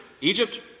Egypt